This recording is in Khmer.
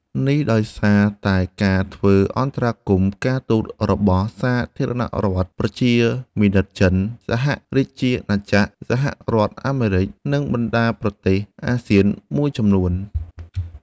នេះដោយសារតែការធ្វើអន្តរាគមន៍ការទូតរបស់សាធារណរដ្ឋប្រជាមានិតចិន សហរាជាណាចក្រ សហរដ្ឋអាមេរិក និងបណ្តាប្រទេសអាស៊ានមួយចំនួន។